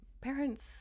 parents